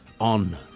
on